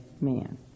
man